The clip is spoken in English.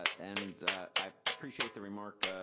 and i appreciate the remark,